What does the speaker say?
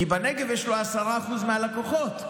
כי בנגב יש לו 10% מהלקוחות,